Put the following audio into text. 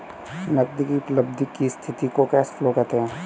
नगदी की उपलब्धि की स्थिति को कैश फ्लो कहते हैं